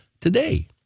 today